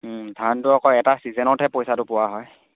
ধানটো আকৌ এটা ছিজনতহে পইচাটো পোৱা হয়